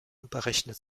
berechnet